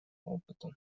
опыту